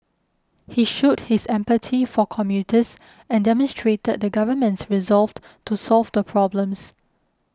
he showed his empathy for commuters and demonstrated the government's resolve to solve the problems